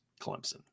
Clemson